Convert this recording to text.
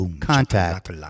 contact